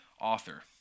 author